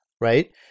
right